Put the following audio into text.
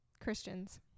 christians